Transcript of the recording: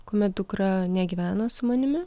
kuomet dukra negyvena su manimi